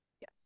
Yes